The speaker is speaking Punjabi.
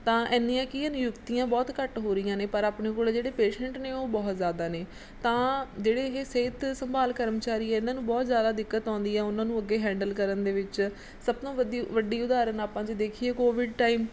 ਤਾਂ ਇੰਨੀਆਂ ਕੀ ਆ ਨਿਯੁਕਤੀਆਂ ਬਹੁਤ ਘੱਟ ਹੋ ਰਹੀਆਂ ਨੇ ਪਰ ਆਪਣੇ ਕੋਲ ਜਿਹੜੇ ਪੇਸ਼ੈਂਟ ਨੇ ਉਹ ਬਹੁਤ ਜ਼ਿਆਦਾ ਨੇ ਤਾਂ ਜਿਹੜੇ ਇਹ ਸਿਹਤ ਸੰਭਾਲ ਕਰਮਚਾਰੀ ਇਹਨਾਂ ਨੂੰ ਬਹੁਤ ਜ਼ਿਆਦਾ ਦਿੱਕਤ ਆਉਂਦੀ ਹੈ ਉਹਨਾਂ ਨੂੰ ਅੱਗੇ ਹੈਂਡਲ ਕਰਨ ਦੇ ਵਿੱਚ ਸਭ ਤੋਂ ਵਧੀ ਵੱਡੀ ਉਦਾਹਰਨ ਆਪਾਂ ਜੇ ਦੇਖੀਏ ਕੋਵਿਡ ਟਾਈਮ